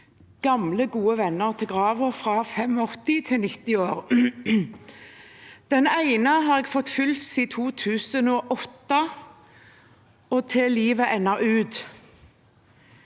gamle, gode venner til graven, fra 85 til 90 år. Den ene har jeg fulgt siden 2008 og til livet ebbet ut.